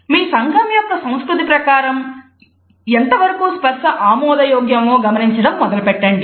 మీ సంఘం యొక్క సంస్కృతి ప్రకారం ఎంతవరకు స్పర్స ఆమోదయోగ్యమో గమనించడం మొదలు పెట్టండి